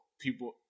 people